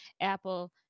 Apple